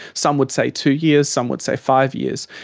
some would say two years, some would say five years.